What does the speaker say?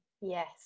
yes